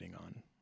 on